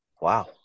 Wow